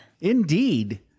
Indeed